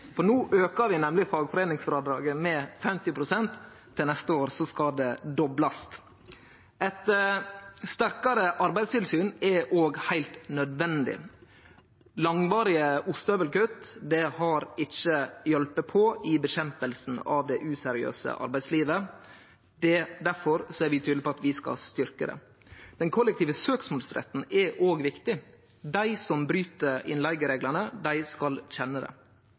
for no aukar vi nemleg fagforeiningsfrådraget med 50 pst. Til neste år skal det doblast. Eit sterkare arbeidstilsyn er heilt nødvendig. Langvarige ostehøvelkutt har ikkje hjelpt på i kampen mot det useriøse arbeidslivet. Difor er vi tydelege på at vi skal styrkje det. Den kollektive søksmålsretten er òg viktig. Dei som bryt innleigereglane, skal kjenne det.